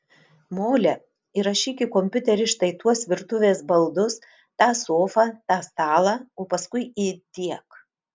mole įrašyk į kompiuterį štai tuos virtuvės baldus tą sofą tą stalą o paskui įdiek